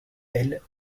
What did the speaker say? elles